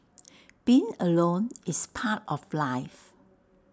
being alone is part of life